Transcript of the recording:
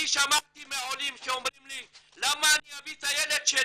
אני שמעתי מעולים שאומרים לי "למה אני אביא את הילד שלי